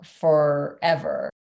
forever